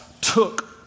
took